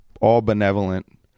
all-benevolent